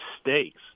stakes